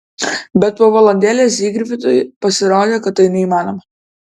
bet po valandėlės zygfridui pasirodė kad tai neįmanoma